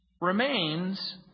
remains